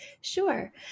Sure